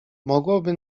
mogłoby